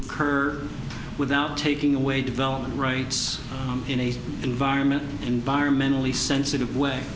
occur without taking away development rights in a environment environmentally sensitive way